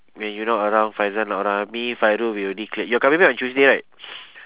when you not around faizah not around me fairul we already we cleared you're coming back on tuesday right